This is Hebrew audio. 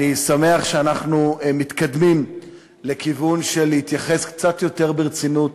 אני שמח שאנחנו מתקדמים לכיוון של התייחסות קצת יותר רצינית